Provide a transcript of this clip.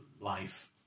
life